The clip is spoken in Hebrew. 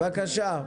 בבקשה.